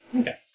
Okay